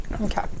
Okay